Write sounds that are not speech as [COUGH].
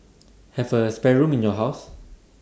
[NOISE] have A spare room in your house